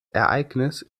ereignis